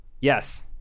Yes